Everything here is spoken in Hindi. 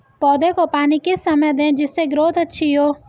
पौधे को पानी किस समय दें जिससे ग्रोथ अच्छी हो?